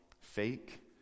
fake